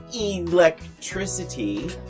electricity